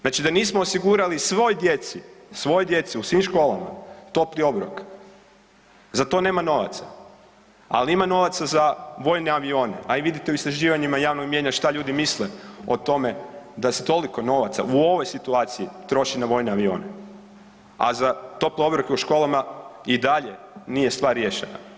Znači da nismo osigurali svoj djeci, svoj djeci u svim školama topli obrok, za to nema novaca, al ima novaca za vojne avione, a i vidite u istraživanjima javnog mijenja šta ljudi misle o tome da se toliko novaca u ovoj situaciji troši na vojne avione, a za tople obroke u školama i dalje nije stvar riješena.